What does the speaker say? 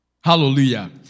Hallelujah